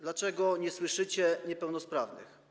Dlaczego nie słyszycie niepełnosprawnych?